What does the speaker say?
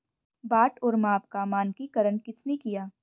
बाट और माप का मानकीकरण किसने किया?